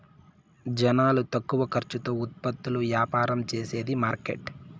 జనాలు తక్కువ ఖర్చుతో ఉత్పత్తులు యాపారం చేసేది మార్కెట్